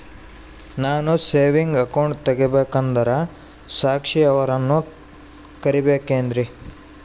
ನಾನು saving account ತೆಗಿಬೇಕಂದರ ಸಾಕ್ಷಿಯವರನ್ನು ಕರಿಬೇಕಿನ್ರಿ?